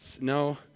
No